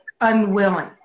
unwilling